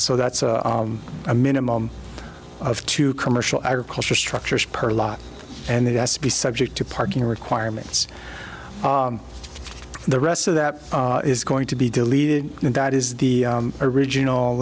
so that's a minimum of two commercial agriculture structures per lot and it has to be subject to parking requirements the rest of that is going to be deleted and that is the original